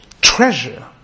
Treasure